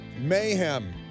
mayhem